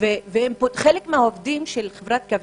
חלק מהעובדים של חברת "קוים",